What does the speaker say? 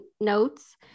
notes